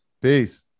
Peace